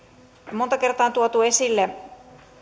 monta kertaa on tuotu esille